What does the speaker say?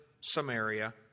Samaria